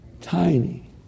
tiny